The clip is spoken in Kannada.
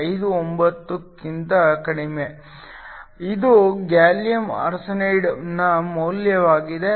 59 ಕ್ಕಿಂತ ಕಡಿಮೆ ಇದು ಗ್ಯಾಲಿಯಂ ಆರ್ಸೆನೈಡ್ನ ಮೌಲ್ಯವಾಗಿದೆ